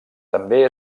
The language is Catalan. també